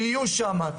תהיו שם,